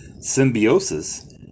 Symbiosis